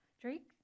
Drake